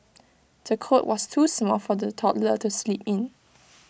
the cot was too small for the toddler to sleep in